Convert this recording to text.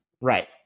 right